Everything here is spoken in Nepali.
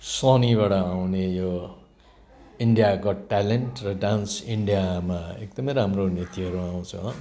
सोनीबाट आउने यो इन्डिया गट ट्यालेन्ट र डान्स इन्डियामा एकदमै राम्रो नृत्यहरू आउँछ